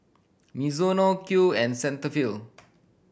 Mizuno Qoo and Cetaphil